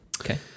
okay